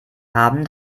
haben